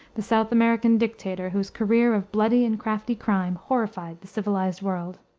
the south american dictator, whose career of bloody and crafty crime horrified the civilized world.